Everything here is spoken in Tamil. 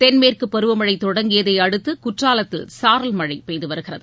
தென்மேற்குப் பருவமழை தொடங்கியதை அடுத்து குற்றாலத்தில் சாரல் மழை பெய்து வருகிறது